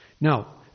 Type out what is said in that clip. Now